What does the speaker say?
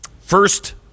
first